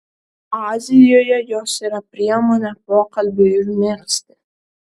azijoje jos yra priemonė pokalbiui užmegzti